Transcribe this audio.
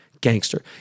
gangster